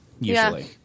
Usually